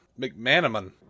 McManaman